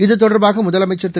இது தொடர்பாக முதலமைச்ச் திரு